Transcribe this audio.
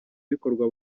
bikorwa